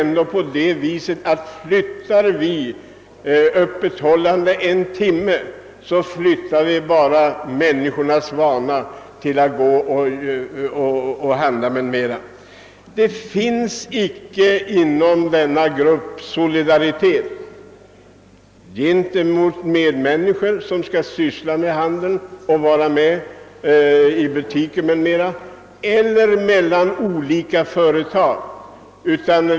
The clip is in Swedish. Om vi flyttar stängningstiden en timme framåt i tiden, innebär det bara att vi ändrar människornas vanor när det gäller att göra inköp. Inom denna grupp finns icke någon solidaritet gentemot de medmänniskor som är anställda i butiksyrket och icke heller de olika företagen emellan.